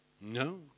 No